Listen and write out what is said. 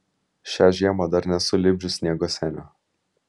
šią žiemą dar nesu lipdžius sniego senio